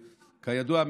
כידוע,